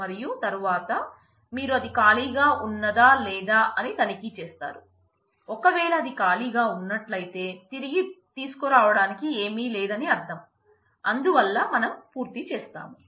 మరియు తరువాత మీరు అది ఖాళీగా ఉన్నదా లేదా అని తనిఖీ చేస్తారు ఒకవేళ అది ఖాళీగా ఉన్నట్లయితే తిరిగి తీసుకురావడానికి ఏమీ లేదని అర్థం అందువల్ల మనం పూర్తి చేసాము